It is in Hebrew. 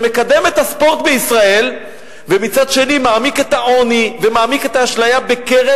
שמקדם את הספורט בישראל ומצד שני מעמיק את העוני ומעמיק את האשליה בקרב,